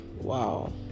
Wow